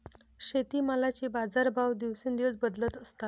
शेतीमालाचे बाजारभाव दिवसेंदिवस बदलत असतात